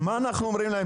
מה אנחנו אומרים להם?